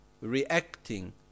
reacting